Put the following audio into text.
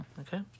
Okay